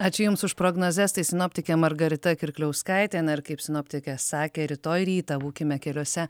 ačiū jums už prognozes tai sinoptikė margarita kirkliauskaitė na ir kaip sinoptikė sakė rytoj rytą būkime keliuose